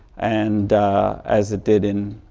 and as it did in